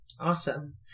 Awesome